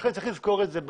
צריך לזכור את זה.